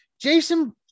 Jason